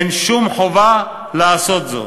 אין שום חובה לעשות זאת.